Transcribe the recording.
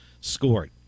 scored